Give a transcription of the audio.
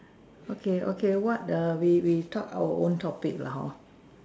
okay okay what err we we talk our own topic lah hor